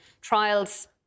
trials